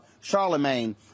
Charlemagne